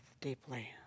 deeply